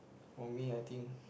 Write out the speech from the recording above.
for me I think